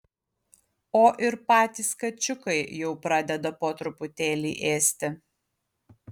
o ir patys kačiukai jau pradeda po truputėlį ėsti